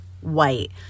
white